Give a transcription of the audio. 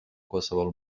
qualsevol